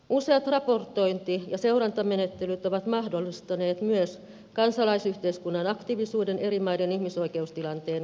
useat raportointi ja seurantamenettelyt ovat mahdollistaneet myös kansalaisyhteiskunnan aktiivisuuden eri maiden ihmisoikeustilanteen kehittämiseksi